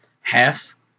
half